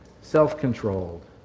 self-controlled